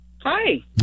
Hi